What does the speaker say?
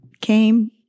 came